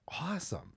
awesome